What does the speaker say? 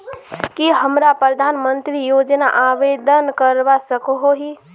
की हमरा प्रधानमंत्री योजना आवेदन करवा सकोही?